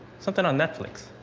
something on netflix.